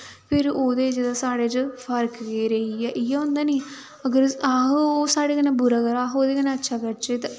फिर ओह्दे च ते साढ़े च फर्क केह् रेही गेआ इ'यै होंदा नी अगर अस ओह् साढ़े कन्नै बुरा करा दा अस ओह्दे कन्नै अच्छा करचै ते